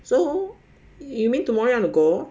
so you mean tomorrow you want to go